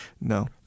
No